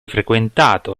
frequentato